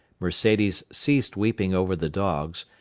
mercedes ceased weeping over the dogs,